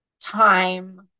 time